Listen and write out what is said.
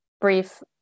brief